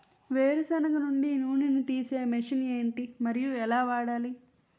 వేరు సెనగ నుండి నూనె నీ తీసే మెషిన్ ఏంటి? మరియు ఎలా వాడాలి?